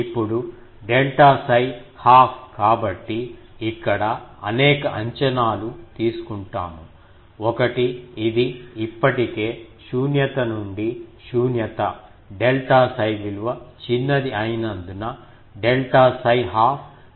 ఇప్పుడు ఇది డెల్టా 𝜓 ½ కాబట్టి ఇక్కడ అనేక అంచనాలు తీసుకుంటాము ఒకటి ఇది ఇప్పటికే శూన్యత నుండి శూన్యత డెల్టా 𝜓 విలువ చిన్నది అయినందున డెల్టా 𝜓 ½ మరింత చిన్నదిగా ఉంటుంది